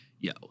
yo